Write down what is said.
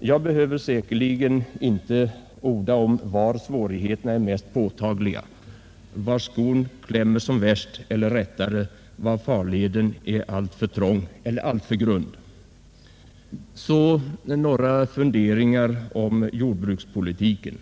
Jag behöver säkerligen inte orda om var svårigheterna är mest påtagliga, var skon klämmer som värst — eller rättare var farleden är alltför trång eller alltför grund. Så några funderingar om jordbrukspolitiken.